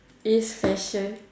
is fashion